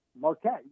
Marquette